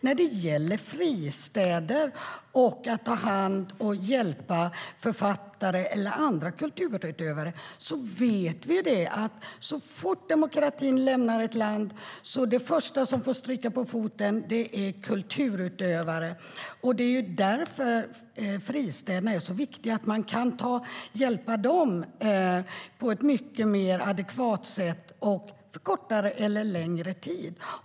När det gäller fristäder och att ta hand om och hjälpa författare eller andra kulturutövare vet vi att det första som får stryka på foten när demokratin lämnar ett land är kulturutövare. Det är därför fristäderna är så viktiga - för att man kan hjälpa dessa människor på ett mycket mer adekvat sätt under en kortare eller längre tid.